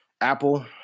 Apple